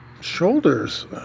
shoulders